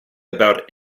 about